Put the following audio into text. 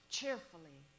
Cheerfully